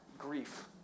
grief